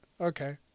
okay